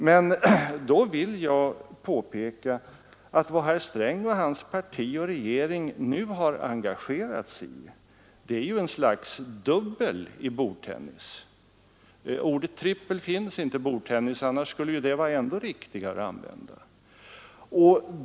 Men då vill jag påpeka att vad herr Sträng och hans parti och regering nu har engagerat sig i är ett slags dubbelmatch i bordtennis. Ordet trippel finns inte i bordtennis, annars skulle det vara ännu riktigare att använda.